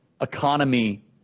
economy